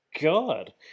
God